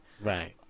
right